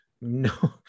no